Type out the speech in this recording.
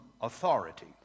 authority